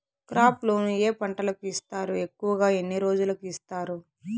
crop loan ఏ పంటలకు ఇస్తారు ఎక్కువగా ఎన్ని రోజులకి ఇస్తారు